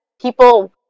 people